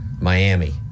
Miami